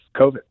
COVID